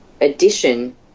addition